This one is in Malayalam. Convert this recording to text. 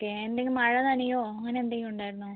ഒക്കെ എന്തേലും മഴ നനയുമോ അങ്ങനെ എന്തേലും ഉണ്ടായിരുന്നോ